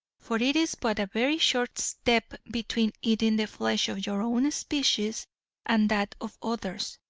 for it is but a very short step between eating the flesh of your own species and that of others.